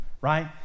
right